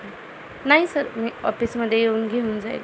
नाही सर मी ऑफिसमध्ये येऊन घेऊन जाईल